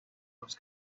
los